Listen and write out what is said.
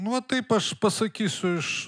nu va taip aš pasakysiu iš